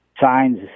signs